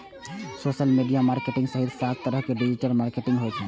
social media marketing सहित सात तरहक डिजिटल मार्केटिंग होइ छै